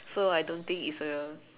so I don't think it's a